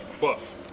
buff